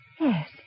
Yes